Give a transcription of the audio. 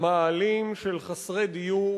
מאהלים של חסרי דיור